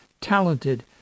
talented